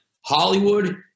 Hollywood